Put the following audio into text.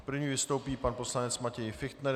První vystoupí pan poslanec Matěj Fichtner.